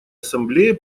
ассамблея